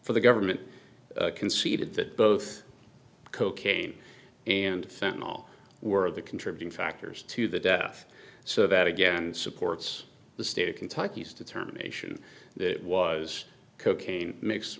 for the government conceded that both cocaine and sentinel were the contributing factors to the death so that again supports the state of kentucky is determination that it was cocaine mix